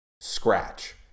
scratch